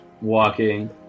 walking